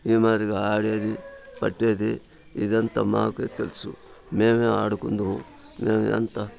ఈ మాదిరిగా ఆడేది పట్టేది ఇదంతా మాకు తెలుసు మేమే ఆడుకుంటాము మేమే అంత